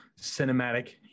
Cinematic